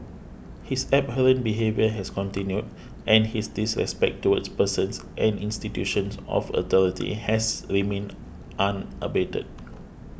his abhorrent behaviour has continued and his disrespect towards persons and institutions of authority has remained unabated